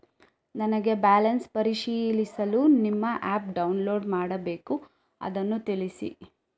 ನನಗೆ ಬ್ಯಾಲೆನ್ಸ್ ಪರಿಶೀಲಿಸಲು ನಿಮ್ಮ ಆ್ಯಪ್ ಡೌನ್ಲೋಡ್ ಮಾಡಬೇಕು ಅದನ್ನು ತಿಳಿಸಿ?